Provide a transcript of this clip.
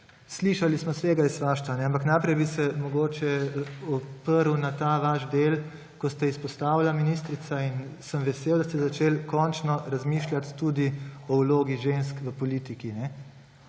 Slišali smo svega i svašta, ampak najprej bi se mogoče oprl na ta vaš del, ko ste izpostavili, ministrica, in sem vesel, da ste začeli končno razmišljati tudi o vlogi žensk v politiki.